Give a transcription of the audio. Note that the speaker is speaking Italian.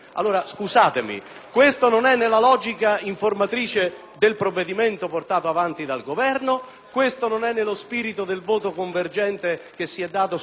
del provvedimento portata avanti dal Governo, non è nello spirito del voto convergente che si è manifestato su molte norme anche nell'*iter* del provvedimento stesso